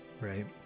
right